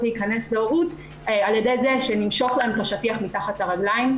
להיכנס להורות על ידי זה שנמשוך להם את השטיח מתחת לרגליים,